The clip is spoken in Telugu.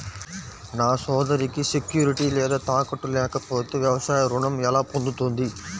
నా సోదరికి సెక్యూరిటీ లేదా తాకట్టు లేకపోతే వ్యవసాయ రుణం ఎలా పొందుతుంది?